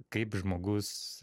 kaip žmogus